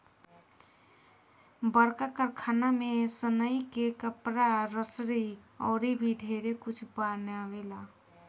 बड़का कारखाना में सनइ से कपड़ा, रसरी अउर भी ढेरे कुछ बनावेला